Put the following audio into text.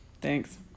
Thanks